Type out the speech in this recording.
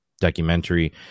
documentary